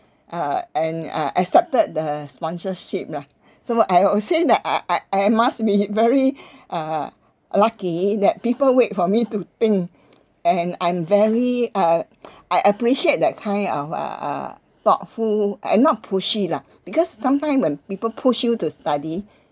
uh and uh accepted the sponsorship lah so I would say that I I I must be very uh lucky that people wait for me to think and I'm very uh I appreciate that kind of uh uh thoughtful and not pushy lah because sometime when people push you to study